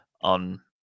on